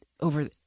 Over